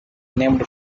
named